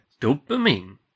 dopamine